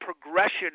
progression